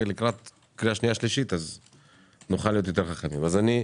לקראת הקריאה השנייה והשלישית נוכל להיות חכמים יותר.